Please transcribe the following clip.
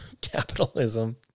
capitalism